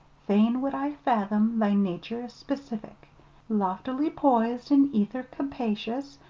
fain would i fathom thy nature specific loftily poised in ether capacious,